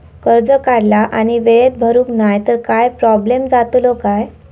कर्ज काढला आणि वेळेत भरुक नाय तर काय प्रोब्लेम जातलो काय?